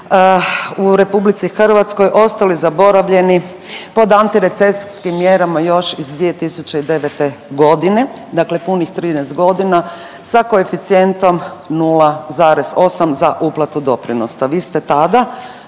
umjetnici u RH ostali zaboravljeni pod antirecesijskim mjerama još iz 2009. godine. Dakle, punih 13 godina sa koeficijentom 0,8 za uplatu doprinosa. Vi ste tada